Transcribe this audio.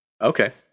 Okay